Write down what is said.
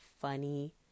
funny